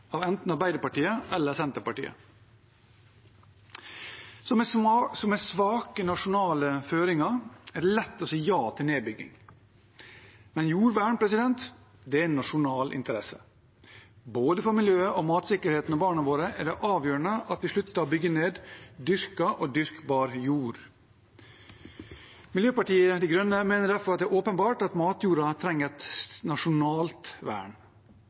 av enten Arbeiderpartiet eller Senterpartiet. Med svake nasjonale føringer er det lett å si ja til nedbygging. Men jordvern er en nasjonal interesse. Både for miljøet, matsikkerheten og barna våre er det avgjørende at vi slutter å bygge ned dyrket og dyrkbar jord. Miljøpartiet De Grønne mener det er åpenbart at matjorda trenger et nasjonalt vern.